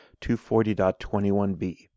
240.21b